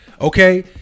okay